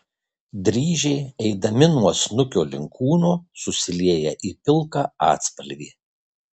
dryžiai eidami nuo snukio link kūno susilieja į pilką atspalvį